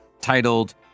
titled